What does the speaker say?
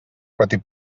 pati